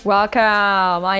Welcome